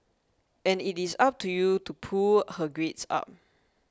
and it is up to you to pull her grades up